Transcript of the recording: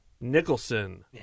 Nicholson